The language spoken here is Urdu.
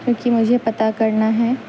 کیونکہ مجھے پتہ کرنا ہے